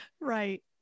Right